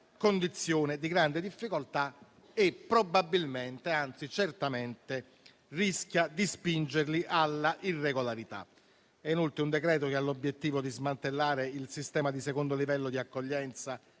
condizione di grande difficoltà e che certamente rischia di spingerle all'irregolarità. È inoltre un decreto che ha l'obiettivo di smantellare il sistema di secondo livello di accoglienza